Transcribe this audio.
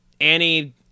Annie